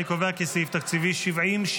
אני קובע כי סעיף תקציבי 70,